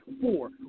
four